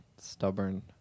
stubborn